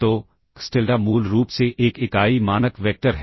तो xTilda मूल रूप से एक इकाई मानक वेक्टर है